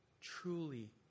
Truly